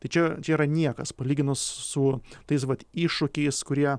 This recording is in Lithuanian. tai čia čia yra niekas palyginus su tais iššūkiais kurie